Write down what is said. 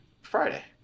Friday